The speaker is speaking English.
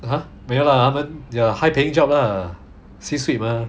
!huh! 没有 lah 他们 ya high paying job ah C suite mah